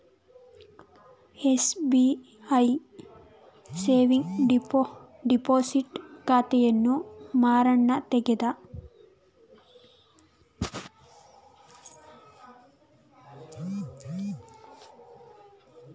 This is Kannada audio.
ಎಸ್.ಬಿ.ಐ ಸೇವಿಂಗ್ ಡಿಪೋಸಿಟ್ ಖಾತೆಯನ್ನು ಮಾರಣ್ಣ ತೆಗದ